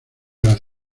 las